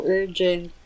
urgent